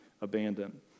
abandoned